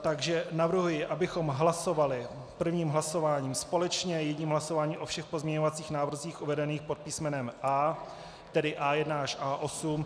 Takže navrhuji, abychom hlasovali prvním hlasováním společně jedním hlasováním o všech pozměňovacích návrzích uvedených pod písmenem A, tedy A1 až A8.